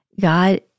God